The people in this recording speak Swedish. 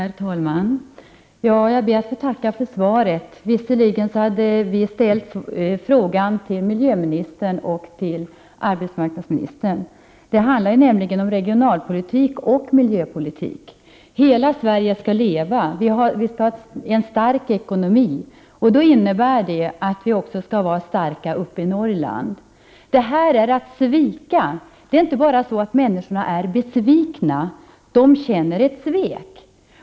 Herr talman! Jag ber att få tacka för svaret. Visserligen hade Roy Ottosson ställt frågorna till miljöministern resp. arbetsmarknadsministern. Detta handlar nämligen om både regionalpolitik och miljöpolitik. Hela Sverige skall leva, heter kampanjen. Vi skall ha en stark ekonomi. Det innebär att vi också skall vara starka uppe i Norrland. Det som Teli nu gör är ett svek. Människorna är inte bara besvikna. De känner ett svek.